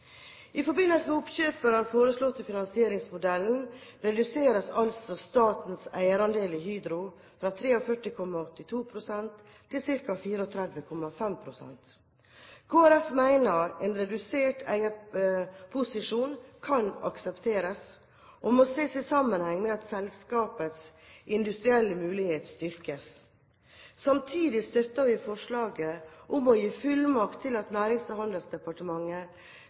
I forbindelse med oppkjøpet og den foreslåtte finansieringsmodellen reduseres altså statens eierandel i Hydro fra 43,82 pst. til ca. 34,5 pst. Kristelig Folkeparti mener en redusert eierposisjon kan aksepteres og må ses i sammenheng med at selskapets industrielle mulighet styrkes. Samtidig støtter vi forslaget om å gi fullmakt til Nærings- og handelsdepartementet